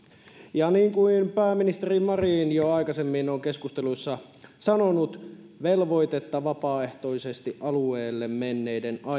ja niin kuin pääministeri marin jo aikaisemmin on keskusteluissa sanonut velvoitetta vapaaehtoisesti alueelle menneiden